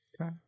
Okay